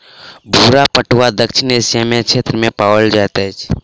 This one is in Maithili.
भूरा पटुआ दक्षिण एशिया के क्षेत्र में पाओल जाइत अछि